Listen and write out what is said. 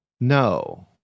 No